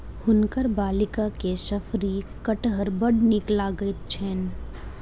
हुनकर बालिका के शफरी कटहर बड़ नीक लगैत छैन